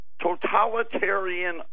totalitarian